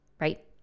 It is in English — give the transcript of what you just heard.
Right